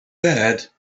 bad